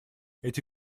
эти